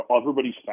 Everybody's